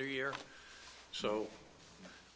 year so